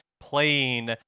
playing